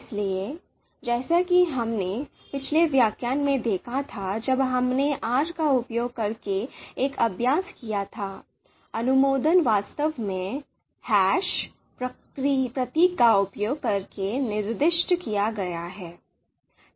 इसलिए जैसा कि हमने पिछले व्याख्यान में देखा था जब हमने आर का उपयोग करके एक अभ्यास किया था अनुमोदन वास्तव में hash प्रतीक का उपयोग करके निर्दिष्ट किया गया है